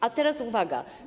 A teraz uwaga.